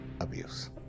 abuse